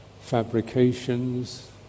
fabrications